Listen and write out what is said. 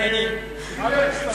אלכס,